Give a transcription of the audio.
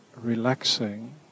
relaxing